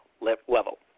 level